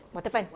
waterfront